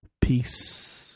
Peace